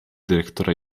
dyrektora